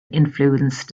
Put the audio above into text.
influence